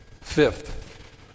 Fifth